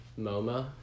MoMA